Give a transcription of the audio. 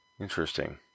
Interesting